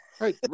Right